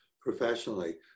professionally